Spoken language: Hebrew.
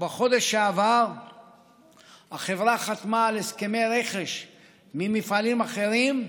בחודש שעבר החברה חתמה על הסכמי רכש ממפעלים אחרים,